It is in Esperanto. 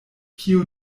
kio